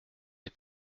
les